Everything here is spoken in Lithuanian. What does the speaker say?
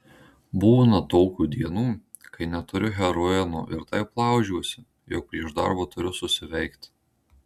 būna tokių dienų kai neturiu heroino ir taip laužiuosi jog prieš darbą turiu susiveikti